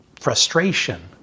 frustration